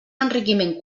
enriquiment